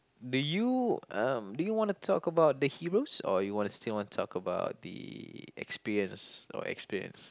do you uh do you want to talk about the heroes or you want to still want to talk about the experience or experience